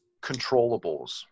controllables